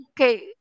Okay